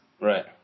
Right